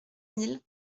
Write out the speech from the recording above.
mille